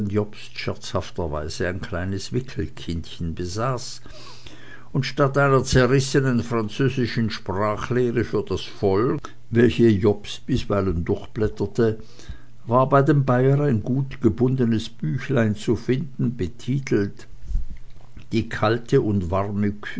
jobst scherzhafterweise ein kleines wickelkindchen besaß und statt einer zerrissenen französischen sprachlehre für das volk welche jobst bisweilen durchblätterte war bei dem bayer ein gut gebundenes büchlein zu finden betitelt die kalte und warme